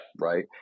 Right